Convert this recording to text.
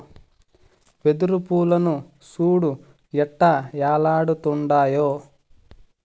వెదురు పూలను సూడు ఎట్టా ఏలాడుతుండాయో